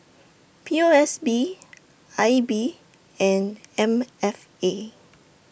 P O S B I B and M F A